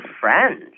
friends